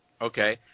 okay